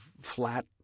flat